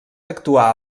actuà